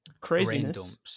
craziness